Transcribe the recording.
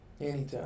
Anytime